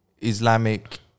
Islamic